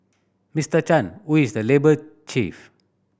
Mister Chan who is the labour chief